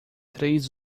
três